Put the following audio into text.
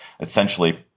essentially